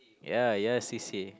ya yes c_c_a